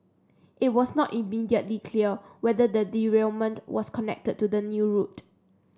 it was not immediately clear whether the derailment was connected to the new route